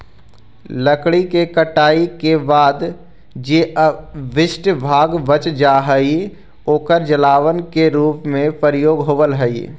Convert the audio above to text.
लकड़ी के कटाई के बाद जे अवशिष्ट भाग बच जा हई, ओकर जलावन के रूप में प्रयोग होवऽ हई